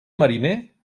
mariner